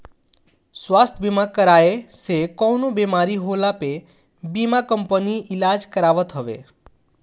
स्वास्थ्य बीमा कराए से कवनो बेमारी होखला पे बीमा कंपनी इलाज करावत हवे